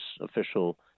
official